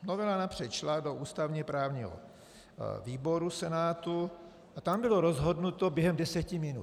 Novela napřed šla do ústavněprávního výboru Senátu a tam bylo rozhodnuto během deseti minut.